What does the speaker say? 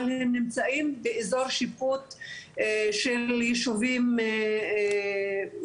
אבל הם נמצאים באיזור שיפוט של יישובים יהודיים.